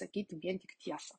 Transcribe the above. sakyti vien tik tiesą